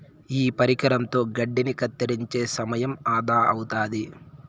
ఈ పరికరంతో గడ్డిని కత్తిరించే సమయం ఆదా అవుతాది